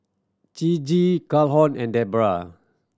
Ciji Calhoun and Debroah